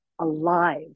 alive